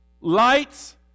lights